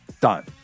done